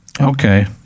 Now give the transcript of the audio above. okay